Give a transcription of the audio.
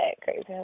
crazy